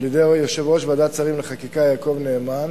על-ידי יושב-ראש ועדת שרים לחקיקה יעקב נאמן,